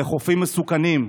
אלה חופים מסוכנים.